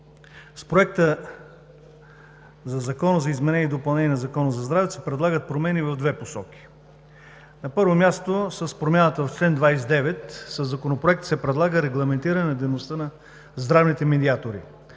С Проекта на закон за изменение и допълнение на Закона за здравето се предлагат промени в две посоки. На първо място, с промяната в чл. 29 със Законопроекта се предлага регламентиране на дейността на здравните медиатори.